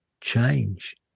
change